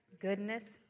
goodness